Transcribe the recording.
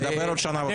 נדבר עוד שנה וחצי.